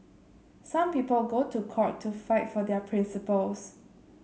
some people go to court to fight for their principles